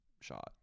shot